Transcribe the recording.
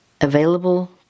available